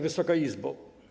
Wysoka Izbo!